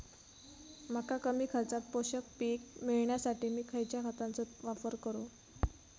मका कमी खर्चात पोषक पीक मिळण्यासाठी मी खैयच्या खतांचो वापर करू?